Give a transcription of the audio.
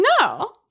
no